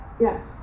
Yes